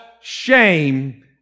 shame